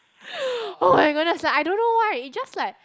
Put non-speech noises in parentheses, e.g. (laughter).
(breath) oh-my-goodness like I don't know why it just like